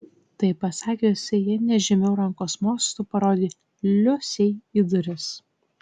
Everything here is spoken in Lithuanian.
tai pasakiusi ji nežymiu rankos mostu parodė liusei į duris